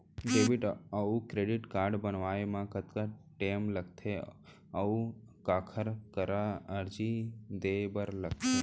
Debit अऊ credit card बनवाए मा कतका टेम लगथे, अऊ काखर करा अर्जी दे बर लगथे?